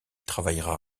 travaillera